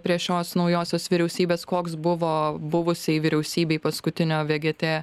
prie šios naujosios vyriausybės koks buvo buvusiai vyriausybei paskutinio vė gė tė